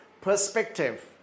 perspective